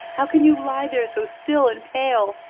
how can you lie there so still and pale?